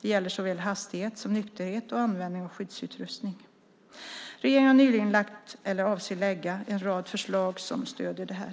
Det gäller såväl hastighet som nykterhet och användning av skyddsutrustning. Regeringen har nyligen lagt eller avser att lägga fram en rad förslag som stöder detta.